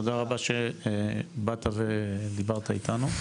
תודה רבה שבאת ודיברת איתנו.